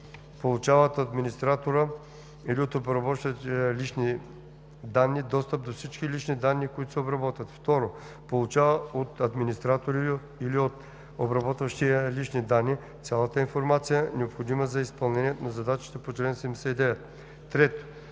получава от администратора или от обработващия лични данни достъп до всички лични данни, които се обработват; 2. получава от администратора или от обработващия лични данни цялата информация, необходима за изпълнението на задачите по чл. 79; 3.